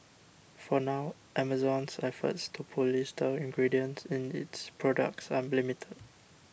for now Amazon's efforts to police the ingredients in its products are limited